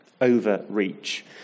overreach